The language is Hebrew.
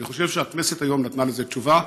אני חושב שהכנסת היום נתנה לזה תשובה.